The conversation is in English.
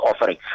offering